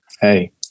Hey